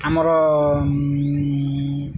ଆମର